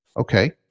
Okay